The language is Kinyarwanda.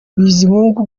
bizimungu